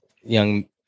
young